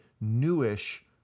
newish